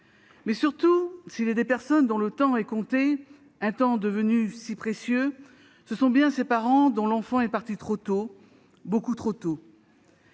Mais surtout, s'il est des personnes dont le temps est compté- un temps devenu si précieux -, ce sont bien ces parents dont l'enfant est parti trop tôt, beaucoup trop tôt